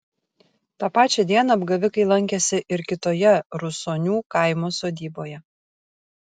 tą pačią dieną apgavikai lankėsi ir kitoje rusonių kaimo sodyboje